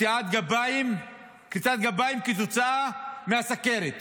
בכריתת גפיים כתוצאה מסוכרת,